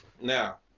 Now